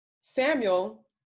Samuel